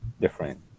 different